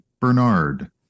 Bernard